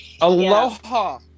Aloha